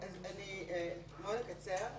אני מאוד אקצר.